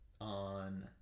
on